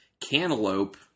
cantaloupe